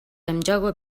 амжаагүй